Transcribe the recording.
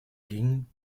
ging